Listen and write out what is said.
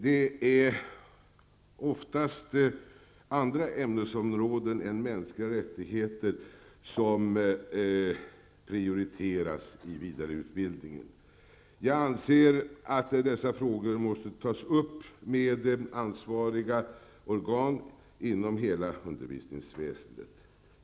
Det är oftast andra ämnesområden än mänskliga rättigheter som prioriteras i vidareutbildningen. Jag anser att dessa frågor måste tas upp med ansvariga organ inom hela undervisningsväsendet.